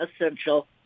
essential